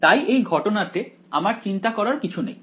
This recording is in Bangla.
তাই এই ঘটনাতে আমার চিন্তা করার কিছু নেই